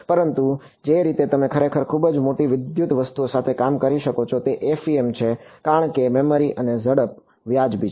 પરંતુ જે રીતે તમે ખરેખર ખૂબ મોટી વિદ્યુત વસ્તુઓ સાથે કામ કરી શકો છો તે FEM છે કારણ કે મેમરી અને ઝડપ વાજબી છે